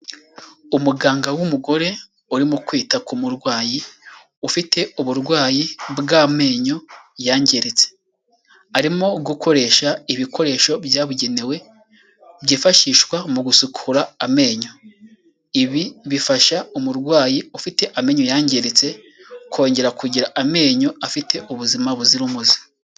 Umuganga w'umugore urimo kwita ku murwayi ufite uburwayi bw'amenyo yangiritse. Arimo gukoresha ibikoresho byabugenewe byifashishwa mu gusukura amenyo. Ibi bifasha umurwayi ufite amenyo yangiritse kongera kugira amenyo afite ubuzima buzira umuze.